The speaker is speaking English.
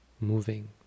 moving